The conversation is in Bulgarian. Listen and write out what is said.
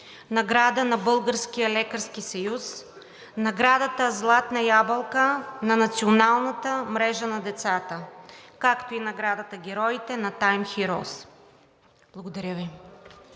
награда на Българския лекарски съюз, наградата „Златна ябълка“ на Националната мрежа на децата, както и наградата „Героите“ на Time Hеroes. Благодаря Ви.